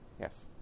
Yes